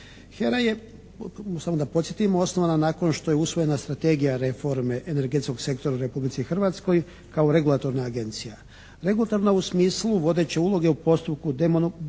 HERA je, samo da podsjetimo osnovana nakon što je usvojena strategija reforme energetskog sektora u Republici Hrvatskoj kao regulatorna agencija. Regulatorna u smislu vodeće uloge u postupku demonopolizacije